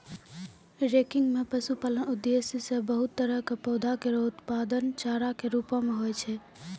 ranking म पशुपालन उद्देश्य सें बहुत तरह क पौधा केरो उत्पादन चारा कॅ रूपो म होय छै